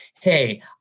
hey